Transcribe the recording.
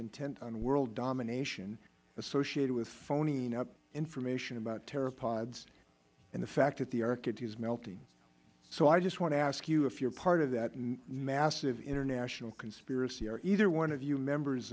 intent on world domination associated with phonying up information about pteropods and the fact that the arctic is melting so i just want to ask you if you are part of that massive international conspiracy are either one of you members